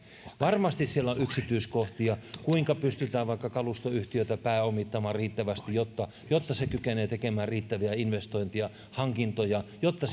varmasti siellä on yksityiskohtia kuinka pystytään vaikka kalustoyhtiötä pääomittamaan riittävästi jotta jotta se kykenee tekemään riittäviä investointeja hankintoja jotta